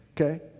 Okay